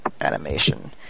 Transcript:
animation